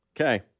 okay